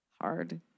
Hard